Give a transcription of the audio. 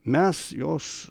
mes jos